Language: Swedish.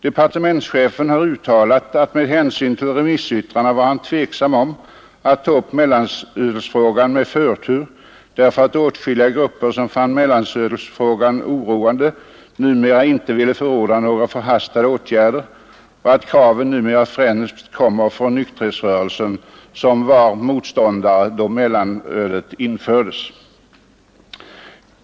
Departementschefen har uttalat att han med hänsyn till remissyttrandena tvekade att ta upp mellanölsfrågan med förtur, eftersom åtskilliga grupper, som tidigare fann mellanölsfrågan oroande, numera inte vill förorda några förhastade åtgärder och kraven numera främst kommer från nykterhetsrörelsen, som var motståndare till mellanölets införande.